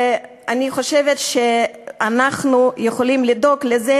אני חושבת שאנחנו יכולים לדאוג לזה